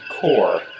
Core